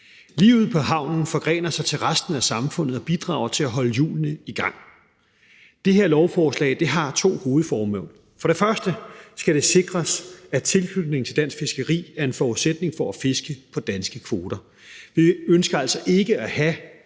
Livet på havnen forgrener sig til resten af samfundet og bidrager til at holde hjulene i gang. Det her lovforslag har to hovedformål: For det første skal det sikres, at tilknytning til dansk fiskeri er en forudsætning for at fiske på danske kvoter. Vi ønsker altså ikke at have